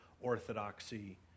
orthodoxy